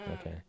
okay